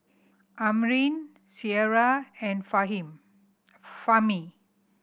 Amrin Syirah and Fahmi